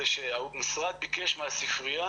הוא שהמשרד ביקש מהספרייה